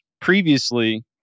previously